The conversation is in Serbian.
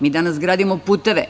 Mi danas gradimo puteve.